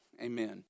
Amen